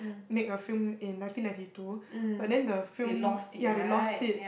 make a film in nineteen ninety two but then the film ya they lost it